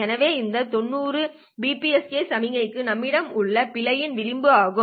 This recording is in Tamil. எனவே இந்த 90 BPSK சமிக்ஞைகளுக்கு நம்மிடம் உள்ள பிழையின் விளிம்பு ஆகும்